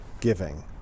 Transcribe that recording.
giving